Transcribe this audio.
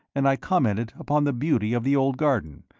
and i commented upon the beauty of the old garden,